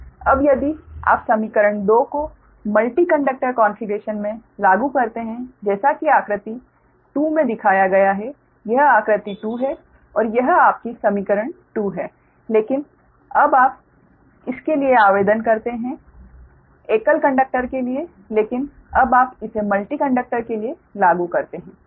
अब यदि आप समीकरण 2 को मल्टी कंडक्टर कॉन्फ़िगरेशन में लागू करते हैं जैसा कि आकृति 2 में दिखाया गया है यह आकृति 2 है और यह आपकी समीकरण 2 है लेकिन अब आप इसके लिए आवेदन करते हैं एकल कंडक्टर के लिए लेकिन अब आप इसे मल्टी कंडक्टर के लिए लागू करते हैं